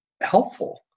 helpful